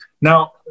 Now